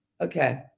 Okay